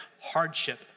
hardship